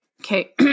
Okay